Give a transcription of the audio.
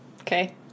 Okay